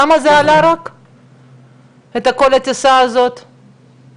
כמה כל הנסיעה הזאת עלתה לכם?